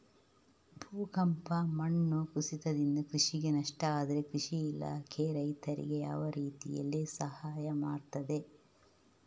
ಭೂಕಂಪ, ಮಣ್ಣು ಕುಸಿತದಿಂದ ಕೃಷಿಗೆ ನಷ್ಟ ಆದ್ರೆ ಕೃಷಿ ಇಲಾಖೆ ರೈತರಿಗೆ ಯಾವ ರೀತಿಯಲ್ಲಿ ಸಹಾಯ ಮಾಡ್ತದೆ?